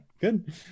good